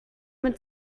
mit